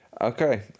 Okay